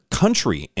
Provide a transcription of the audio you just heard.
country